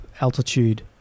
Altitude